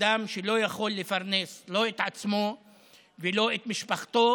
אדם שלא יכול לפרנס לא את עצמו ולא את משפחתו